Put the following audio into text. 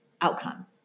outcome